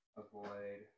avoid